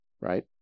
Right